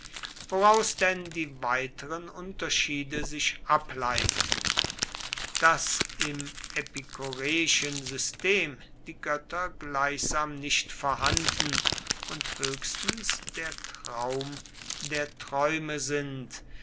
woraus denn die weiteren unterschiede sich ableiten daß im epikureischen system die götter gleichsam nicht vorhanden und höchstens der traum der träume sind